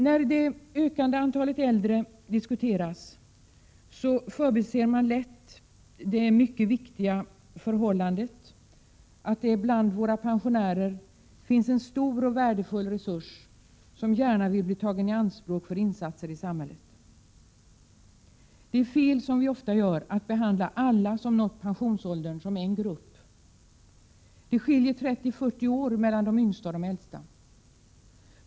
När det ökande antalet äldre diskuteras förbiser man lätt det mycket viktiga förhållandet att det bland våra pensionärer finns en stor och värdefull resurs som gärna vill bli tagen i anspråk för insatser i samhället. Det är fel att, som vi ofta gör, behandla alla som uppnått pensionsåldern som en grupp. Det skiljer 30-40 år mellan de yngsta och de äldsta.